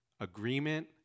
agreement